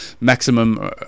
Maximum